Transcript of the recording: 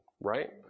Right